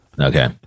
Okay